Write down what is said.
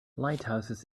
lighthouses